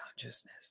consciousness